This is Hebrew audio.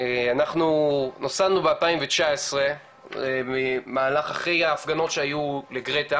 אנחנו נוסדנו ב-2019 במהלך אחרי ההפגנות שהיו לגרטה